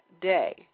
day